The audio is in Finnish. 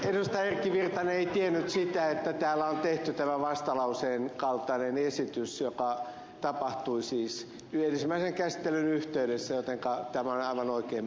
erkki virtanen ei tiennyt sitä että täällä on tehty tämä vastalauseen kaltainen esitys joka tapahtui siis ensimmäisen käsittelyn yhteydessä jotenka tämä on oikea menettely